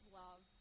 love